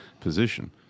position